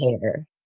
hair